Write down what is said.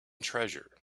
treasure